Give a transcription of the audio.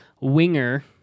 winger